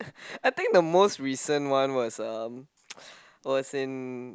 I think the most recent one was um was in